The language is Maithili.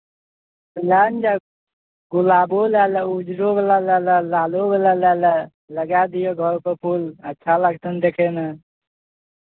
लए ने जाउ गुलाबो लए लऽ उजरोवला लए लह लालोवला लए लह लगा दिऔ घरके फूल अच्छा लागतनि देखयमे